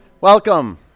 Welcome